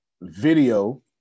video